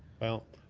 well,